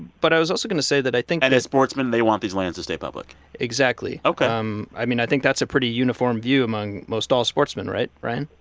but i was also going to say that i think. and as sportsmen, they want these lands to stay public exactly ok um i mean, i think that's a pretty uniform view among most all sportsmen, right, ryan?